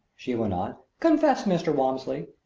she went on, confess, mr. walmsley,